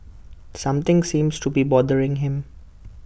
something seems to be bothering him